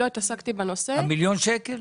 במיליון שקל?